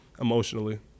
emotionally